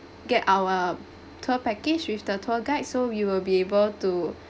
get our tour package with the tour guide so you will be able to